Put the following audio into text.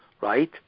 right